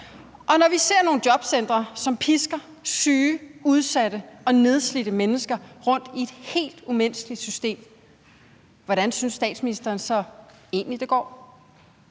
og når vi ser nogle jobcentre, som pisker syge, udsatte og nedslidte mennesker rundt i et helt umenneskeligt system, hvordan synes statsministeren så egentlig det går?